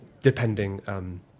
depending